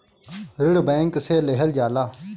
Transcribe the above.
ऋण बैंक से लेहल जाला